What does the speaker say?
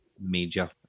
major